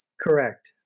Correct